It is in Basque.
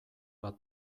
bat